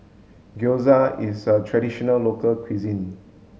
gyoza is a traditional local cuisine